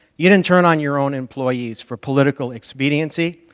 you didn't turn on your own employees for political expediency,